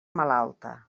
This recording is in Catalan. malalta